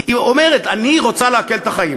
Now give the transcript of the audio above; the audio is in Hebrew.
היא אומרת: אני רוצה להקל את החיים.